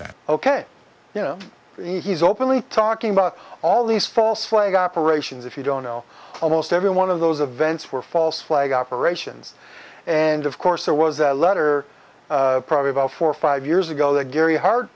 that ok you know he's openly talking about all these false flag operations if you don't know almost every one of those events were false flag operations and of course there was a letter probably about four or five years ago that gary hart